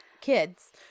kids